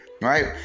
right